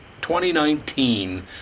2019